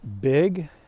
big